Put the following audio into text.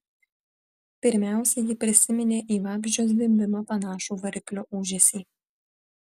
pirmiausia ji prisiminė į vabzdžio zvimbimą panašų variklio ūžesį